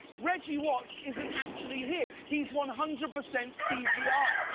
reggie watts isn't actually here, he's one hundred percent cgi, ah